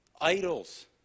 Idols